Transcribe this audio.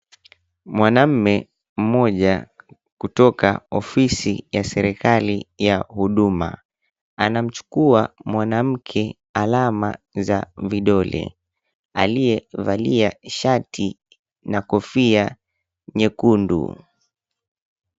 Mwanamume mmoja kutoka ofisi ya serikali ya huduma, anamchukua mwanamke alama za vidole, aliyevalia shati na kofia nyekundu.